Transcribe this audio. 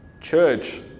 Church